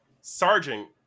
Sergeant